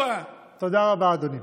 (אומר בערבית: הגזמתם.) תודה רבה, אדוני.